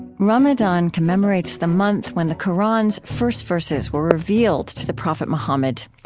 ramadan commemorates the month when the qur'an's first verses were revealed to the prophet mohammed.